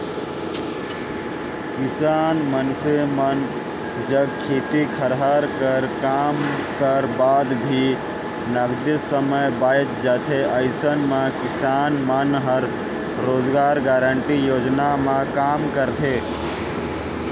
किसान मइनसे मन जग खेती खायर कर काम कर बाद भी नगदे समे बाएच जाथे अइसन म किसान मन ह रोजगार गांरटी योजना म काम करथे